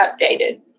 updated